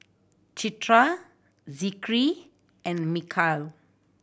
Citra Zikri and Mikhail